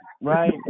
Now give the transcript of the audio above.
right